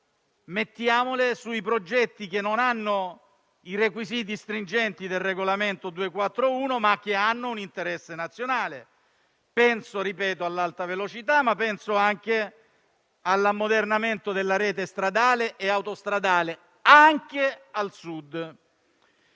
risorse sui progetti che non hanno i requisiti stringenti del regolamento 2021/241, ma che hanno un interesse nazionale. Penso - lo ripeto - all'Alta velocità, ma anche all'ammodernamento della rete stradale e autostradale, anche al Sud.